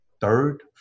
third